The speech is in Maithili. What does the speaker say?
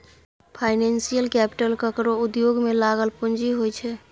फाइनेंशियल कैपिटल केकरो उद्योग में लागल पूँजी होइ छै